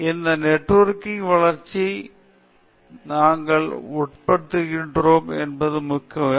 ஹேமந்த் எனவே இந்த நெட்வொர்க்கிங் வளர்ச்சியுடன் நாங்கள் உடன்படுகிறோம் என்பது முக்கியம்